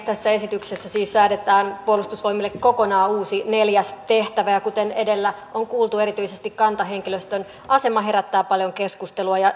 tässä esityksessä siis säädetään puolustusvoimille kokonaan uusi neljäs tehtävä ja kuten edellä on kuultu erityisesti kantahenkilöstön asema herättää paljon keskustelua ja syystäkin